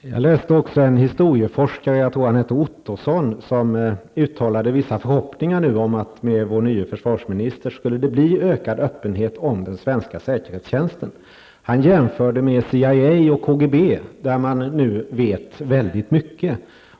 Fru talman! Jag läste också att en historieforskare -- jag tror att han heter Ottosson -- uttalade vissa förhoppningar om att det med vår nya försvarsminister skulle bli ökad öppenhet om den svenska säkerhetstjänsten. Han jämförde med CIA och KGB, om vilka man nu vet mycket.